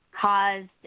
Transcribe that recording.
caused